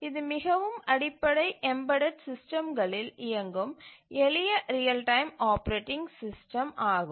இது மிகவும் அடிப்படை எம்பெடட் சிஸ்டம்களில் இயங்கும் எளிய ரியல் டைம் ஆப்பரேட்டிங் சிஸ்டம் ஆகும்